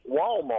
Walmart